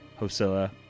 Hosilla